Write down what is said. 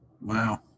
Wow